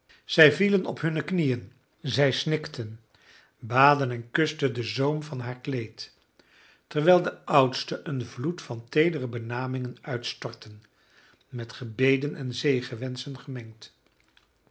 zij vielen op hunne knieën zij snikten baden en kusten den zoom van haar kleed terwijl de oudsten een vloed van teedere benamingen uitstortten met gebeden en zegenwenschen gemengd